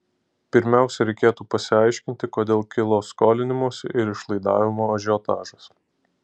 pirmiausia reikėtų pasiaiškinti kodėl kilo skolinimosi ir išlaidavimo ažiotažas